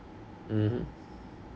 mmhmm